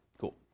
Cool